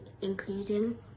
including